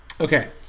Okay